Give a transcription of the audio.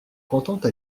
contente